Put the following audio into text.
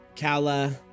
Kala